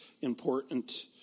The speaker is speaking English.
important